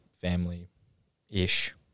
family-ish